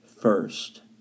first